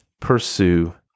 pursue